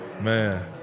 man